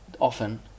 often